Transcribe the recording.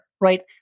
right